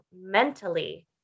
mentally